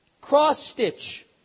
cross-stitch